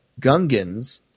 gungans